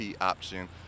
option